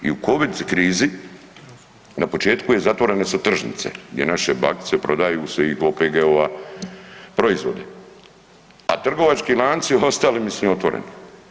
I u Covid krizi na početku je zatvorene su tržnice gdje naše bakice prodaju sa svojih OPG-ova proizvode, a trgovački lanci ostali mislim otvoreni.